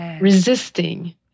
resisting